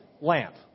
lamp